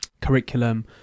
curriculum